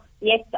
yes